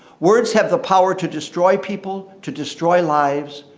words have the power to destroy people, to destroy lives,